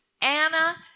Anna